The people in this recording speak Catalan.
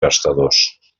gastadors